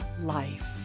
life